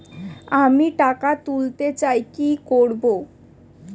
আমি টাকা তুলতে চাই কি করব?